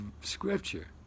scripture